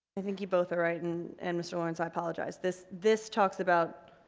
i think you both are right and and mr. lawrence i apologize this this talks about